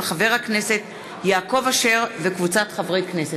של חבר הכנסת יעקב אשר וקבוצת חברי הכנסת.